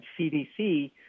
CDC